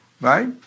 right